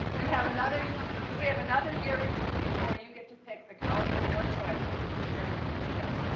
we have another we have another year with you before you get to pick the college of your choice, to share your so many gifts.